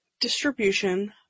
distribution